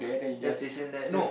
just station there no